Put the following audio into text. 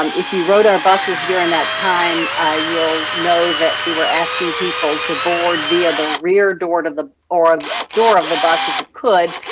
um if you rode our buses during that time you'll know that we were asking people to board via the rear door to the door of the bus if you could